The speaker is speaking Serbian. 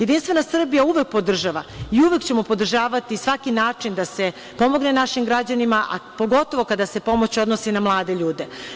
Jedinstvena Srbija uvek podržava i uvek ćemo podržavati svaki način da se pomogne našim građanima, a pogotovo kada se pomoć odnosi na mlade ljude.